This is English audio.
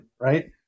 right